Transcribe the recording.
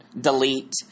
delete